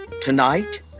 tonight